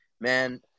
Man